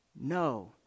No